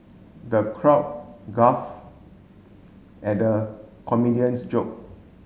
the crowd guff at the comedian's joke